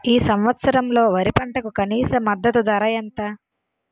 ఈ సంవత్సరంలో వరి పంటకు కనీస మద్దతు ధర ఎంత?